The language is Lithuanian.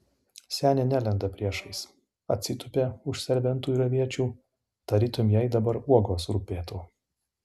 senė nelenda priešais atsitupia už serbentų ir aviečių tarytum jai dabar uogos rūpėtų